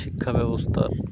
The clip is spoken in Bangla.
শিক্ষা ব্যবস্থার